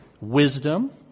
Wisdom